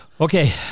Okay